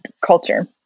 culture